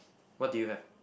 what do you have